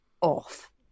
off